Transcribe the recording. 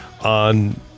on